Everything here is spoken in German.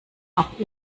auch